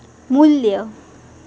मू्ल्य